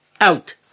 out